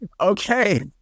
okay